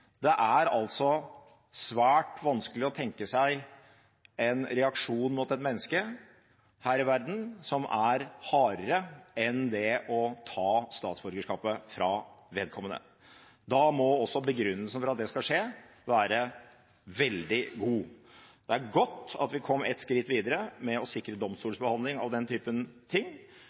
Det er altså svært vanskelig å tenke seg en reaksjon mot et menneske her i verden som er hardere enn det å ta statsborgerskapet fra vedkommende. Da må også begrunnelsen for at det skal skje, være veldig god. Det er godt at vi kom ett skritt videre ved å sikre domstolsbehandling av den typen ting,